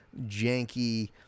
janky